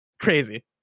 crazy